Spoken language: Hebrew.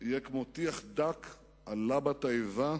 יהיה כמו טיח דק על לבת האיבה,